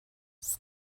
oes